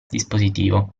dispositivo